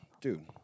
dude